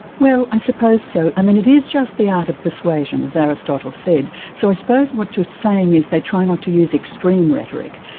well, i suppose so. i mean, it is just the art of persuasion, as aristotle said. so i suppose what you're saying is they try not to use extreme rhetoric.